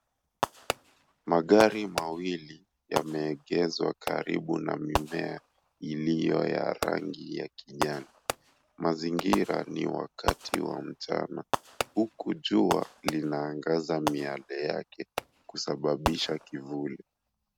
Magari mawili yameegeshwa karibu na mimea iliyo ya rangi ya kijani. Mazingira ni wakati wa mchana huku jua linaangaza miale yake kusababisha kivuli.